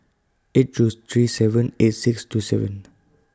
eight two three seven eight six two seven